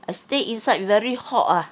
I stay inside very hot ah